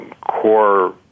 core